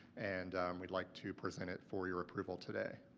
and we'd like to present it for your approval today.